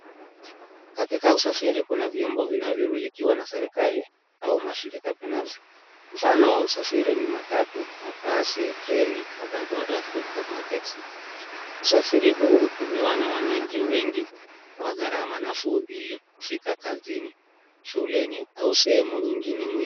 Katika usafiri kuna vyombo vinavyomilikiwa na serikali ,au mashirika binafsi. Mfano wa usafiri ni matatu, mabasi ,treni, boda boda, tuktuk na texi. Usafiri huu hutumiwa na wananchi wengi, kwa gharama nafuu ili kufika kazini, shuleni au sehemu nyingine muhimu.